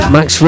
Max